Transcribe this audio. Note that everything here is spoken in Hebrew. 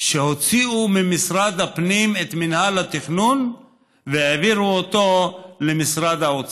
שהוציאו ממשרד הפנים את מינהל התכנון והעבירו אותו למשרד האוצר.